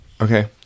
Okay